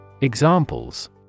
Examples